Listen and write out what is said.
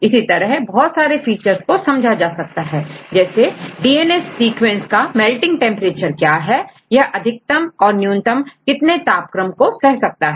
इसी तरह बहुत सारे फीचर्स को समझा जा सकता है जैसे डीएनए सीक्वेंस का मेल्टिंग टेंपरेचर क्या है यह अधिकतम और न्यूनतम कितने तापक्रम को सह सकता है